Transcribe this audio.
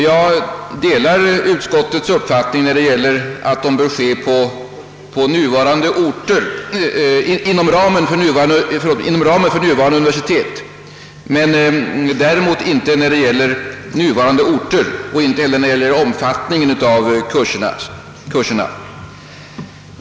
Jag kan instämma i vad utskottet yttrar om att utbyggnaden bör ske inom ramen för nuvarande universitet, men däremot delar jag inte dess uppfattning vad gäller nuvarande orter och inte heller vad gäller omfattningen av kurserna.